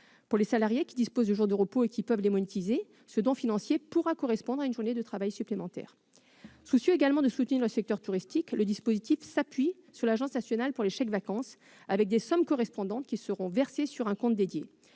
Pour les salariés qui disposent de jours de repos et qui peuvent les monétiser, ce don financier pourra correspondre à une journée de travail supplémentaire. Soucieux en même temps de soutenir le secteur touristique, les concepteurs du dispositif l'ont appuyé sur l'Agence nationale pour les chèques-vacances : des sommes correspondant aux dons seront versées sur un compte dédié.